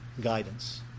guidance